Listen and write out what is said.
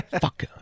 fuck